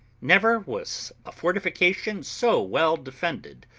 never was a fortification so well defended,